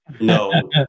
no